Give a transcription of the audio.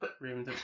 room